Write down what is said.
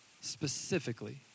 specifically